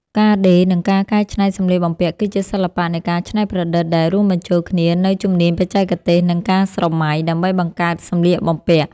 ការដេរ និងការកែច្នៃសម្លៀកបំពាក់ គឺជាសិល្បៈនៃការច្នៃប្រឌិតដែលរួមបញ្ចូលគ្នានូវជំនាញបច្ចេកទេស និងការស្រមៃ ដើម្បីបង្កើតសម្លៀកបំពាក់។